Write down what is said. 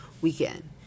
weekend